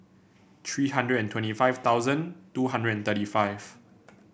three hundred and twenty five thousand two hundred and thirty five